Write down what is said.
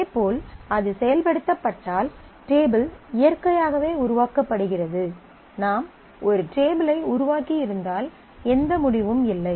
இதேபோல் அது செயல்படுத்தப்பட்டால் டேபிள் இயற்கையாகவே உருவாக்கப்படுகிறது நாம் ஒரு டேபிள் ஐ உருவாக்கியிருந்தால் எந்த முடிவும் இல்லை